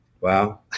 Wow